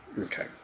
okay